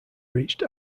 reached